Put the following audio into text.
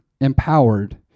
empowered